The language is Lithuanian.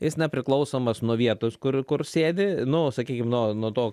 jis nepriklausomas nuo vietos kur kur sėdi nu sakykim nuo nuo to